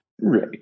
Right